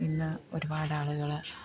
ഇന്ന് ഒരുപാട് ആളുകൾ